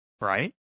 right